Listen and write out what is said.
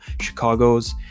Chicago's